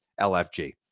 LFG